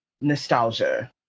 nostalgia